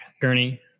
Gurney